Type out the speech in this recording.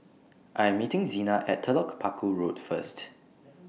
I'm meeting Zina At Telok Paku Road First